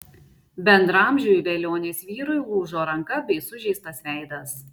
bendraamžiui velionės vyrui lūžo ranka bei sužeistas veidas